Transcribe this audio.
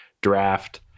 draft